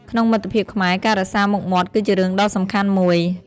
ក្នុងមិត្តភាពខ្មែរ ការរក្សាមុខមាត់គឺជារឿងដ៏សំខាន់មួយ។